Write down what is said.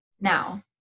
now